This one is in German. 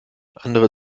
andere